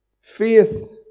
Faith